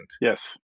yes